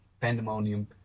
pandemonium